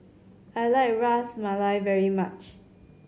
I like Ras Malai very much